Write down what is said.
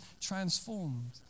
transformed